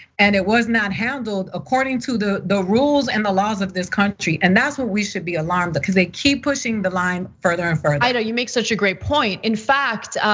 and it was not handled according to the the rules and the laws of this country. and that's what we should be alarmed because they keep pushing the line further and further. aida, you make such a great point. in fact,